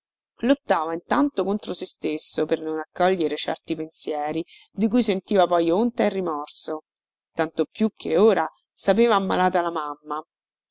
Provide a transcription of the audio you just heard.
lottava intanto contro se stesso per non accogliere certi pensieri di cui sentiva poi onta e rimorso tanto più che ora sapeva ammalata la mamma